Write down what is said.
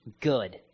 good